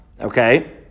Okay